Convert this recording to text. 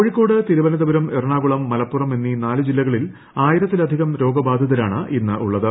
കോഴികോട് തിരുവനന്തപുരം എറണാകുളം മലപ്പുറം എന്നീ നാല് ജില്ലകളിൽ ആയിരത്തിലധികം രോഗബാധിതരാണ് ഇന്ന് ഉള്ളത്